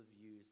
views